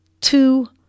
two